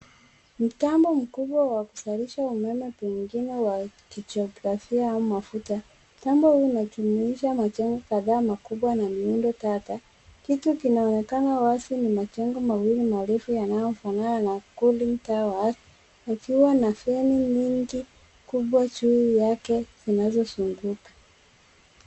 Mtambo mkubwa wa kuzalisha umeme pengine wa kijiografia au mafuta mtambo huu unajumuisha majengo kadhaa makubwa na miundo tata kitu kinaonekana wazi ni majengo mawili marefu yanayofanana na cooling towers ikiwa na feni mingi kubwa juu yake zinazozunguka.